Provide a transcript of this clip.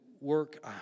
Work